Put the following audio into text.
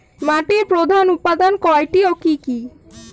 মাটির প্রধান উপাদান কয়টি ও কি কি?